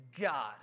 God